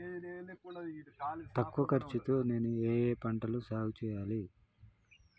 తక్కువ ఖర్చు తో నేను ఏ ఏ పంటలు సాగుచేయాలి?